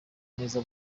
neza